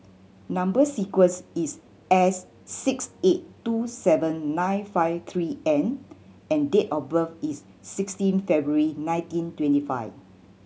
number sequence is S six eight two seven nine five three N and date of birth is sixteen February nineteen twenty five